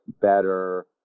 better